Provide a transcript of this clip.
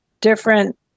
different